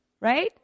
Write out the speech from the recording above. right